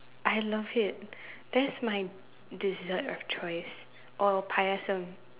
I love it that's my dessert of choice or payasum